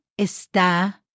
está